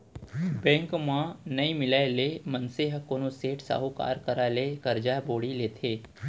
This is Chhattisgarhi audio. बेंक म नइ मिलय ले मनसे ह कोनो सेठ, साहूकार करा ले करजा बोड़ी लेथे